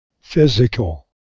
Physical